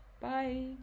bye